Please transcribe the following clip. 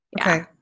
Okay